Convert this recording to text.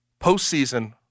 postseason